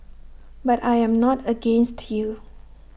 but I am not against you